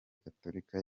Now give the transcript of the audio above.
gatolika